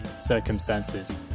circumstances